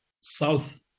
south